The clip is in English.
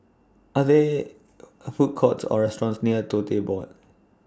Are There A Food Courts Or restaurants near Tote Board